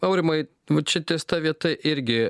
aurimai vat čia ties ta vieta irgi